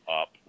up